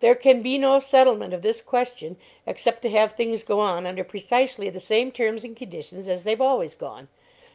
there can be no settlement of this question except to have things go on under precisely the same terms and conditions as they've always gone